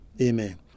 Amen